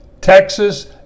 Texas